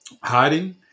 hiding